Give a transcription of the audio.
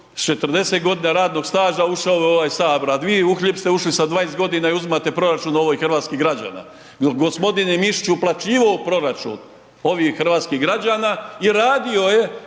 s 40.g. radnog staža ušao u ovaj HS, a vi uhljeb ste ušli sa 20.g. i uzimate proračun ovih hrvatskih građana jel g. Mišić je uplaćivao u proračun ovih hrvatskih građana i radio je